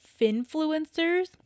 finfluencers